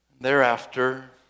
thereafter